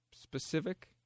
specific